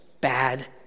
bad